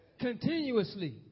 continuously